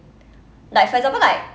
like for example like